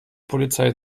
polizei